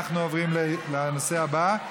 אנחנו עוברים לנושא הבא.